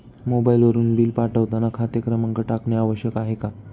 मोबाईलवरून बिल पाठवताना खाते क्रमांक टाकणे आवश्यक आहे का?